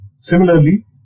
Similarly